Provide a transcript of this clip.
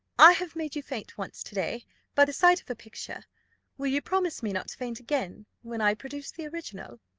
i have made you faint once to-day by the sight of a picture will you promise me not to faint again, when i produce the original?